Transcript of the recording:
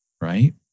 right